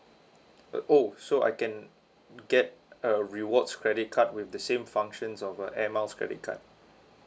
oh so I can get a rewards credit card with the same functions of a air miles credit card